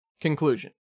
Conclusion